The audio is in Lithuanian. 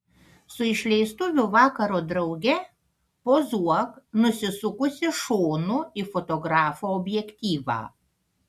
su išleistuvių vakaro drauge pozuok nusisukusi šonu į fotografo objektyvą